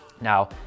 Now